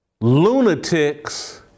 lunatics